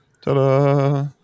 Ta-da